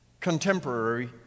contemporary